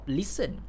listen